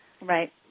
Right